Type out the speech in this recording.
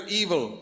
evil